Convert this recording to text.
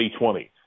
2020